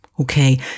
okay